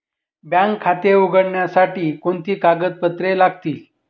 Bank खाते उघडण्यासाठी कोणती कागदपत्रे लागतील?